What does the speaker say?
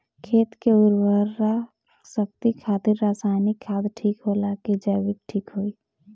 खेत के उरवरा शक्ति खातिर रसायानिक खाद ठीक होला कि जैविक़ ठीक होई?